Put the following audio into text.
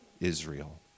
Israel